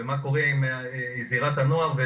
ומה קורה עם זירת הנוער.